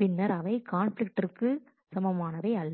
பின்னர் அவை கான்பிலிக்ட்டிற்கு சமமானவை அல்ல